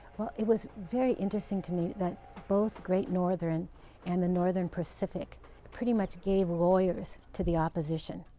well, it was very interesting to me that both great northern and the northern pacific pretty much gave lawyers to the opposition.